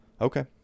Okay